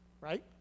Right